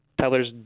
Tellers